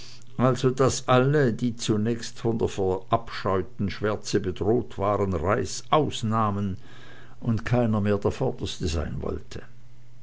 also daß alle die zunächst von der verabscheuten schwärze bedroht waren reißaus nahmen und keiner mehr der vorderste sein wollte